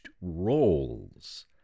roles